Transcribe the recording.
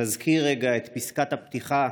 נזכיר רגע את פסקת הפתיחה